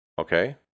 Okay